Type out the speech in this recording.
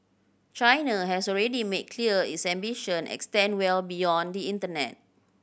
China has already made clear its ambition extend well beyond the internet